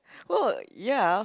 well ya